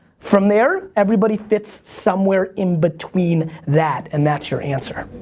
from there, everybody fits somewhere in between that, and that's your answer.